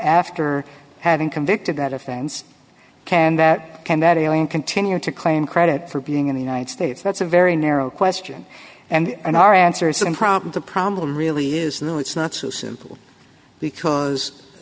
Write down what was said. after having convicted that offense can that can that alien continue to claim credit for being in the united states that's a very narrow question and our answer is some problem the problem really is though it's not so simple because